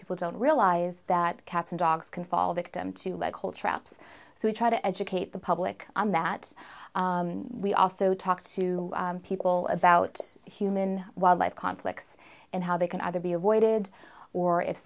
people don't realize that cats and dogs can fall victim to lead culture apps so we try to educate the public on that we also talk to people about human wildlife conflicts and how they can either be avoided or if